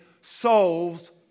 solves